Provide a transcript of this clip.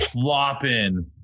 flopping